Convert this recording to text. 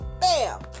Bam